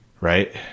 right